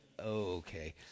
okay